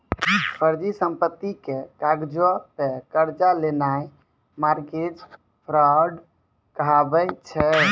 फर्जी संपत्ति के कागजो पे कर्जा लेनाय मार्गेज फ्राड कहाबै छै